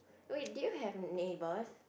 oh wait do you have neighbours